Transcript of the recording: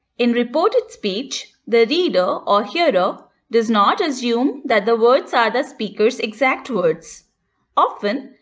in reported speech, the reader or hearer does not assume that the words are the speaker's exact words often,